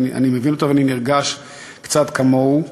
אני מבין אותה ואני נרגש קצת כמוהו.